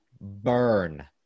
burn